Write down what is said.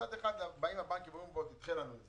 מצד אחד, באים הבנקים ואומרים: תדחה לנו את זה.